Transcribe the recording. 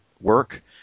work